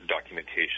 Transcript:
documentation